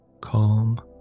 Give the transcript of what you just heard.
Calm